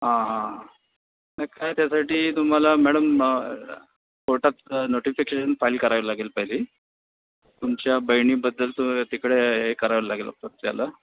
हां हां नाही काय त्यासाठी तुम्हाला मॅडम कोर्टात नोटिफिक्सेशन फाईल करावी लागेल पहिली तुमच्या बहिणीबद्दल तू तिकडे हे करावं लागेल त्याला